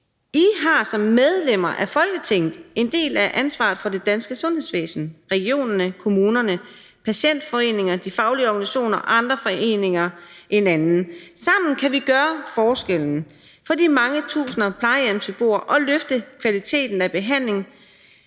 I har som medlemmer af Folketinget en del af ansvaret for det danske sundhedsvæsen – regionerne, kommunerne, patientforeninger, de faglige organisationer og andre foreninger en anden. Sammen kan vi gøre forskellen for de mange tusinder af plejehjemsbeboere og løfte kvaliteten af behandling,